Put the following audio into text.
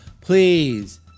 Please